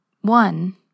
One